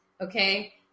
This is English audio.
okay